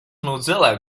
mozilla